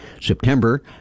September